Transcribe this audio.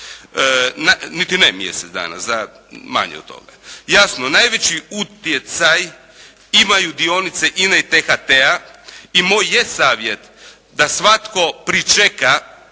Niti ne mjesec dana, za manje od toga. Jasno, najveći utjecaj imaju dionice INE i THT-a. I moj je savjet da svatko pričeka,